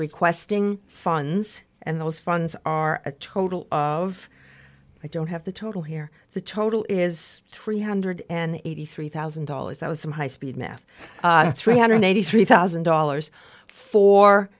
requesting funds and those funds are a total of i don't have the total here the total is three hundred and eighty three thousand dollars that was some high speed math three hundred eighty three thousand dollars for